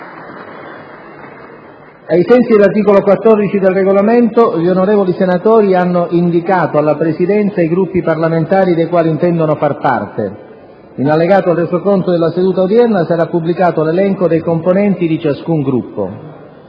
Ai sensi dell’articolo 14 del Regolamento, gli onorevoli senatori hanno indicato alla Presidenza i Gruppi parlamentari dei quali intendono far parte. In allegato al Resoconto della seduta odierna sarapubblicato l’elenco dei componenti di ciascun Gruppo.